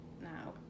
now